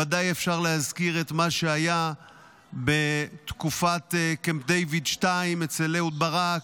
ודאי אפשר להזכיר את מה שהיה בתקופת קמפ דייוויד 2 אצל אהוד ברק,